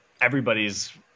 everybody's